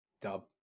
Dub